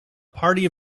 party